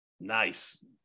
Nice